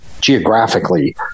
geographically